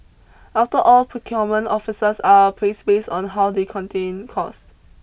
after all procurement officers are appraised based on how they contain costs